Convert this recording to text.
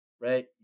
right